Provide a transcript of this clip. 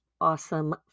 Awesome